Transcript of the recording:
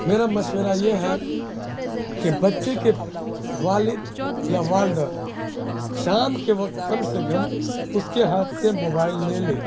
میرا مشورہ یہ ہے کہ بچے کے والد یا والدہ شام کے وقت کم سے کم اس کے ہاتھ سے موبائل لے لے